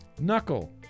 Knuckle